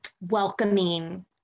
welcoming